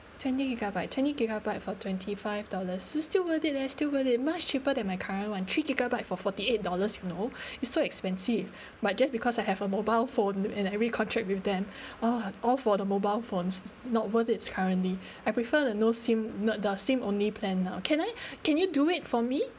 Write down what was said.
twenty gigabyte twenty gigabyte for twenty five dollars is still worth it leh still worth it much cheaper than my current one three gigabyte for forty eight dollars you know it so expensive but just because I have a mobile phone and I re contract with them ah all for the mobile phone is not worth it currently I prefer the no SIM not the SIM only plan ah can I can you do it for me